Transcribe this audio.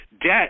Debt